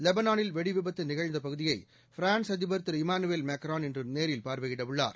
வெனானில் வெடிவிபத்து நிகழ்ந்த பகுதியை பிரான்ஸ் அதிபர் இமானுவேல் மேக்ரான் இன்று நேரில் பார்வையிடவுள்ளார்